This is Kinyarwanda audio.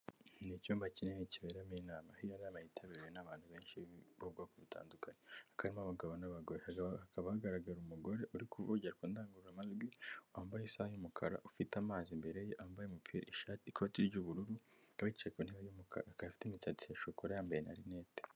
Ni icyumba kinini kiberamo inama, iyari inama yitabiriwe n'abantu benshi bu bwoko butandukanye, hakaba harimo abagabo n'abagore, hakaba hagaragara umugore uri kuvugirwa ku ndangururamajwi wambaye isaha y'umukara, ufite amazi imbere ye, wambaye umupira, ishati, ikoti ry'ubururu akaba yicaye ku nte y'umukara akaba afite imisatsi ya shokora yambaye na rinete.